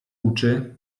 uczy